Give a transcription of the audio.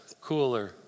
cooler